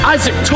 Isaac